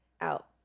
out